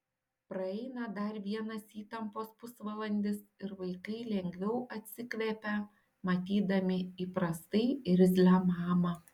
praeina dar vienas įtampos pusvalandis ir vaikai lengviau atsikvepia matydami įprastai irzlią mamą